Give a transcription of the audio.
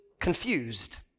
confused